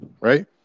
right